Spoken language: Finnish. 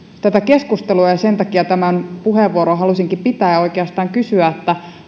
tätä keskustelua ja sen takia tämän puheenvuoron halusinkin pitää ja oikeastaan kysyä